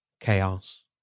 chaos